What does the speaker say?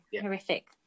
horrific